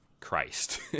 Christ